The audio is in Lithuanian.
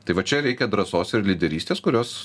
tai va čia reikia drąsos ir lyderystės kurios